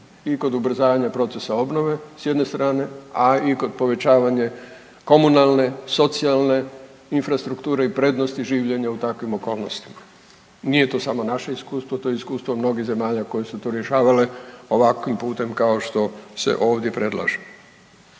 i kod ubrzavanja procesa obnove s jedne strane, a i kod povećavanja komunalne, socijalne infrastrukture i prednosti življenja u takvim okolnostima. Nije to samo naše iskustvo, to je iskustvo mnogih zemalja koje su to rješavale ovakvim putem kao što se ovdje predlaže.